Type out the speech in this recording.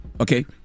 okay